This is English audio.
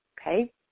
okay